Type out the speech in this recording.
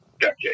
decade